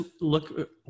look